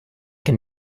can